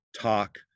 talk